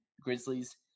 Grizzlies